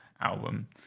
album